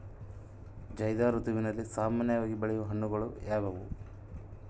ಝೈಧ್ ಋತುವಿನಲ್ಲಿ ಸಾಮಾನ್ಯವಾಗಿ ಬೆಳೆಯುವ ಹಣ್ಣುಗಳು ಯಾವುವು?